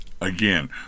Again